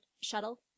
shuttle